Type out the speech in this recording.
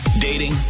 Dating